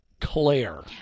claire